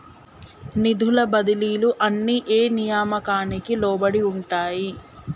నిధుల బదిలీలు అన్ని ఏ నియామకానికి లోబడి ఉంటాయి?